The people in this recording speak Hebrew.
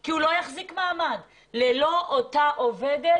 כי הוא לא יחזיק מעמד ללא אותה עובדת.